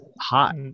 hot